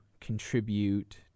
contribute